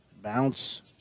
bounce